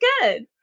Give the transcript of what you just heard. good